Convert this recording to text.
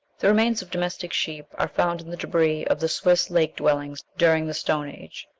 the remains of domestic sheep are found in the debris of the swiss lake-dwellings during the stone age.